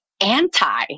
anti